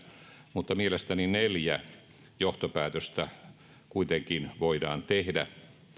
mutta mielestäni neljä johtopäätöstä kuitenkin voidaan tehdä